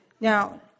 Now